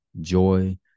joy